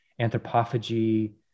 anthropophagy